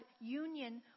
union